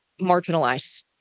marginalized